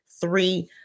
Three